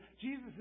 Jesus